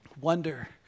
Wonder